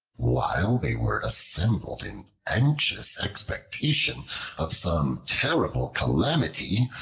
while they were assembled in anxious expectation of some terrible calamity,